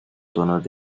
tonos